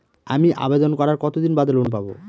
আমি আবেদন করার কতদিন বাদে লোন পাব?